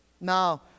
Now